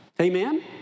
Amen